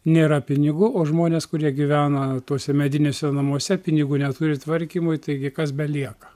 nėra pinigų o žmonės kurie gyvena tuose mediniuose namuose pinigų neturi tvarkymui taigi kas belieka